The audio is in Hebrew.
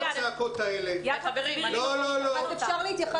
אפשר להתייחס?